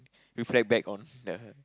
reflect back on the